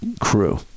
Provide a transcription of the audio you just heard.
crew